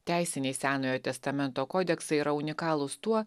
teisiniai senojo testamento kodeksai yra unikalūs tuo